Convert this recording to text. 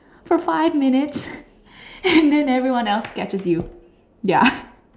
for five minutes and then everyone else catches you ya